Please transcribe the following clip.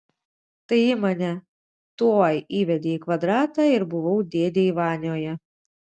tai ji mane tuoj įvedė į kvadratą ir buvau dėdėj vanioje